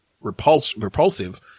repulsive